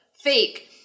fake